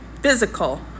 physical